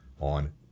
on